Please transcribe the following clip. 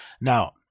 Now